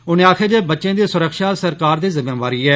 उनें आक्खेआ जे बच्चें दी सुरक्षा सरकार दी जिम्मेवारी ऐ